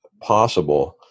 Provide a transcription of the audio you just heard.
possible